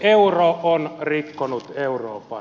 euro on rikkonut euroopan